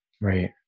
Right